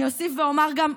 אני אוסיף ואומר גם,